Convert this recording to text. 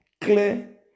clear